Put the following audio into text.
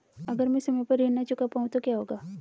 अगर म ैं समय पर ऋण न चुका पाउँ तो क्या होगा?